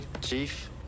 chief